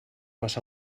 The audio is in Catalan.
les